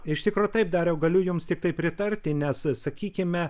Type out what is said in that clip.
iš tikro taip dariau galiu jums tiktai pritarti nes sakykime